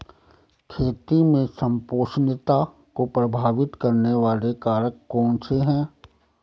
खेती में संपोषणीयता को प्रभावित करने वाले कारक कौन से हैं?